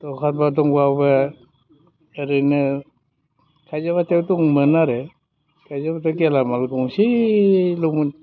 दखानफोर दंबाबो ओरैनो थाइजौ हाथायाव दंमोन आरो थाइजौ हाथाय गेलामाल गंसेल'मोन